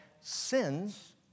sins